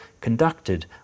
conducted